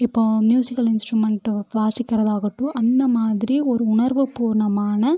இப்போது musical instrument வாசிக்கிறதாகட்டும் அந்த மாதிரி ஒரு உணர்வு பூர்வமான